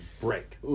break